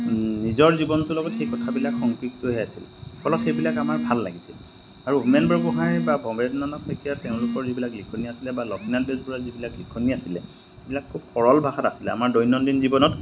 নিজৰ জীৱনটোৰ লগত সেই কথাবিলাক সংপৃক্তহৈ আছিল ফলত সেইবিলাক আমাৰ ভাল লাগিছিল আৰু হোমেন বৰগোহাঁই বা ভৱেন্দ্ৰনাথ শইকীয়া তেওঁলোকৰ যিবিলাক লিখনি আছিলে বা লক্ষ্মীনাথ বেজবৰুৱাৰ যিবিলাক লিখনি আছিলে সেইবিলাক খুব সৰল ভাষাত আছিলে আমাৰ দৈনন্দিন জীৱনত